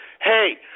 hey